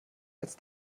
als